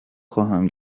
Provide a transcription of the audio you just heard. خواهم